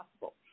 possible